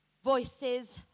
Voices